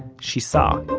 she saw,